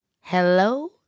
Hello